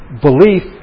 belief